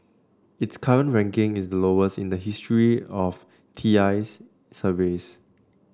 its current ranking is the lowest in the history of T I's surveys